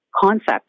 concept